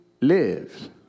lives